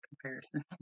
comparison